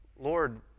Lord